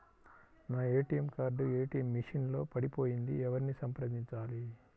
నా ATM card ATM machine లో పడిపోయింది ఎవరిని సంప్రదించాలి?